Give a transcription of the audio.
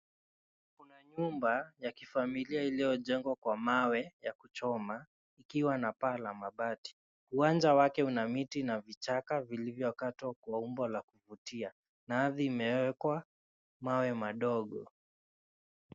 Nyumba ya kifamilia iliyojengwa kwa mawe ya kuchoma ikiwa na paa la mabati, uwanja wake una miti na vichaka vilivyokatwa kwa umbo la kuvutia, na ardhi imewekwa mawe madogo.